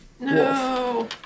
No